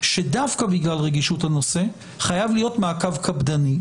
שדווקא בגלל רגישות הנושא, חייב להיות מעקב קפדני.